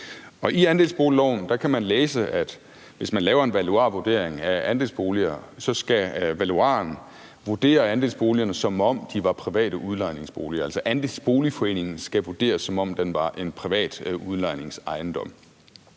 I andelsboligloven kan man læse, at hvis man laver en valuarvurdering af andelsboliger, skal valuaren vurdere andelsboligerne, som om de var private udlejningsboliger. Altså, andelsboligforeningen skal vurderes, som om den var en privat udlejningsejendom.